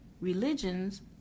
religions